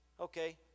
Okay